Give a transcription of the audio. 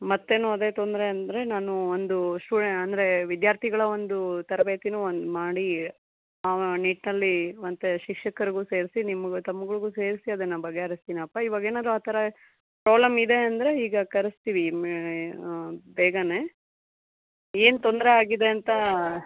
ಮತ್ತೇನೂ ಅದೇ ತೊಂದರೆ ಅಂದರೆ ನಾನು ಒಂದು ಸ್ಟುಡೆ ಅಂದರೆ ವಿದ್ಯಾರ್ಥಿಗಳ ಒಂದು ತರಬೇತಿನೂ ಒಂದು ಮಾಡಿ ಆ ನಿಟ್ಟಲ್ಲಿ ಒಂತೆ ಶಿಕ್ಷಕರಿಗೂ ಸೇರಿಸಿ ನಿಮಗೂ ತಮ್ಗಳ್ಗೂ ಸೇರಿಸಿ ಅದನ್ನು ಬಗೆಹರಿಸ್ತೀನಪ್ಪ ಇವಾಗೇನಾದ್ರೂ ಆ ಥರ ಪ್ರಾಬ್ಲಮ್ ಇದೆ ಅಂದರೆ ಈಗ ಕರಿಸ್ತೀವಿ ಇಮಿ ಬೇಗನೇ ಏನು ತೊಂದರೆ ಆಗಿದೆ ಅಂತ